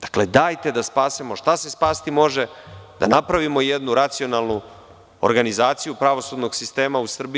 Dakle, dajte da spasemo šta se spasti može, da napravimo jednu racionalnu organizaciju pravosudnog sistema u Srbiji.